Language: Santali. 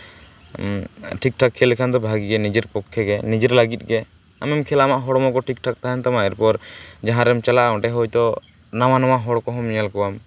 ᱴᱷᱤᱠᱼᱴᱷᱟᱠ ᱠᱷᱮᱞ ᱞᱮᱠᱷᱟᱱ ᱫᱚ ᱵᱷᱟᱜᱮ ᱜᱮ ᱱᱤᱡᱮᱨ ᱯᱚᱠᱠᱷᱮ ᱜᱮ ᱱᱤᱡᱮᱨ ᱞᱟᱹᱜᱤᱫ ᱜᱮ ᱮᱢᱚᱱ ᱠᱷᱮᱞ ᱟᱢᱟᱜ ᱦᱚᱲᱢᱚ ᱠᱚ ᱴᱷᱤᱠᱼᱴᱷᱟᱠ ᱛᱟᱦᱮᱱ ᱛᱟᱢᱟ ᱛᱟᱨᱯᱚᱨ ᱡᱟᱦᱟᱸ ᱨᱮᱢ ᱪᱟᱞᱟᱜᱼᱟ ᱚᱸᱰᱮ ᱦᱚᱭᱛᱳ ᱱᱟᱣᱟ ᱱᱟᱣᱟ ᱦᱚᱲ ᱠᱚᱦᱚᱸᱢ ᱧᱮᱞ ᱠᱚᱣᱟ